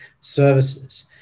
services